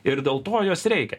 ir dėl to jos reikia